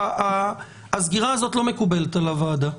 הסגירה הזאת לא מקובלת על הוועדה.